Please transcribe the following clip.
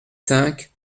cinq